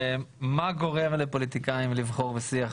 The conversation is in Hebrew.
מה גורם לפוליטיקאים לבחור בשיח